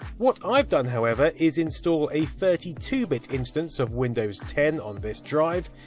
what i've done however, is install a thirty two bit instance of windows ten on this drive.